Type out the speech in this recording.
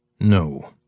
No